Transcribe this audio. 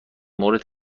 مورد